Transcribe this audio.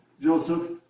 Joseph